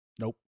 Nope